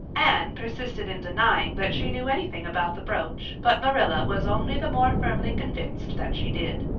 anne persisted in denying that she knew anything about the brooch but marilla was only the more firmly convinced that she did.